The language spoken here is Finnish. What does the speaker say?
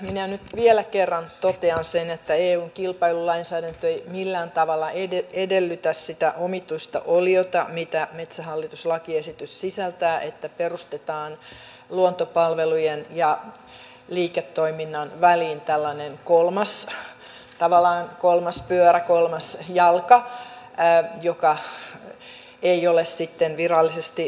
minä nyt vielä kerran totean sen että eun kilpailulainsäädäntö ei millään tavalla edellytä sitä omituista oliota mitä metsähallitus lakiesitys sisältää että perustetaan luontopalvelujen ja liiketoiminnan väliin tällainen tavallaan kolmas pyörä kolmas jalka joka ei ole sitten virallisesti kumpaakaan